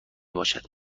باشد